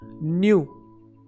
new